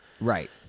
Right